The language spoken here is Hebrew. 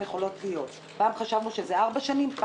יכולות להיות - פעם חשבנו שזה כל ארבע שנים,